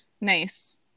Nice